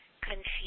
confused